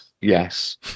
yes